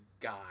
guy